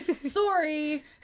sorry